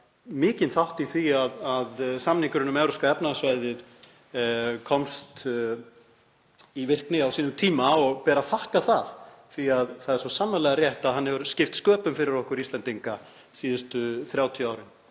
mikinn þátt í því að samningurinn um Evrópska efnahagssvæðið komst í virkni á sínum tíma og ber að þakka það því að það er svo sannarlega rétt að hann hefur skipt sköpum fyrir okkur Íslendinga síðustu 30 árin